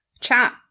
chat